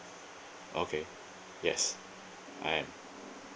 okay yes I am